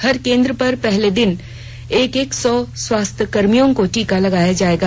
हर केंद्र पर पहले दिन एक एक सौ स्वास्थ्य कर्मियों को टीका लगाया जाएगा